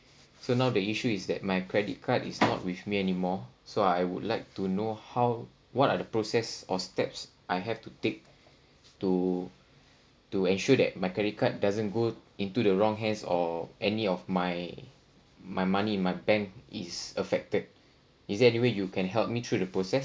so now the issue is that my credit card is not with me anymore so I would like to know how what are the process or steps I have to take to to ensure that my credit card doesn't go to into the wrong hands or any of my my money my bank is affected is it anywhere you can help me through the process